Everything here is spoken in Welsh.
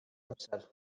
amser